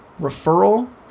referral